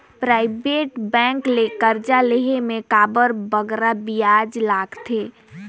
private bank ले करजा लेहे में काबर बगरा बियाज लगथे